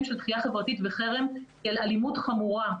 של דחייה חברתית וחרם כאל אלימות חמורה.